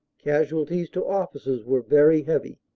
casualties to officers were very heavy.